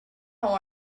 how